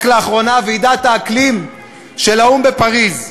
רק לאחרונה, ועידת האקלים של האו"ם בפריז.